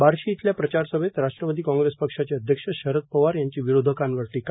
बारशी इथल्या प्रचारसभेत राष्ट्रवादी कॉग्रेस पक्षाचे अध्यक्ष शरद पवार यांची विरोधकांवर टीका